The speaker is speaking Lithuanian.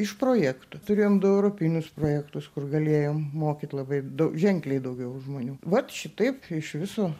iš projekto turėjom du europinius projektus kur galėjom mokyt labai dau ženkliai daugiau žmonių vat šitaip iš viso